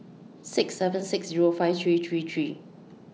six seven six Zero five three three three